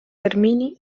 termini